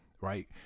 Right